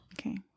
Okay